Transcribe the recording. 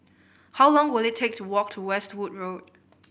how long will it take to walk to Westwood Road